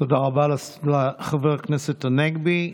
תודה רבה לחבר הכנסת הנגבי.